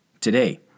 Today